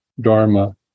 Dharma